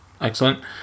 excellent